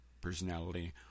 personality